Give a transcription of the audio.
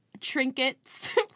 trinkets